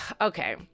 Okay